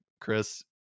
Chris